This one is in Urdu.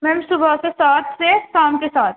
میم صُبح کے سات سے شام کے سات